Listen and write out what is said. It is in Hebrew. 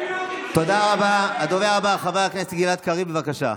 הדובר הבא, חבר הכנסת גלעד קריב, בבקשה.